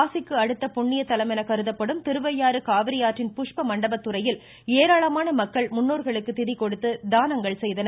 காசிக்கு அடுத்த புண்ணிய தலம் என கருதப்படும் திருவையாறு காவிரியாற்றின் புஷ்ப மண்டபத்துறையில் ஏராளமான மக்கள் முன்னோர்களுக்கு திதி கொடுத்து தானங்கள் செய்தனர்